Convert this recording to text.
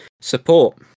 support